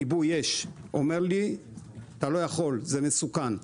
כיבוי אש אומר לי שאני לא יכול כי זה מסוכן.